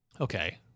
Okay